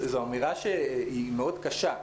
זאת אמירה מאוד קשה,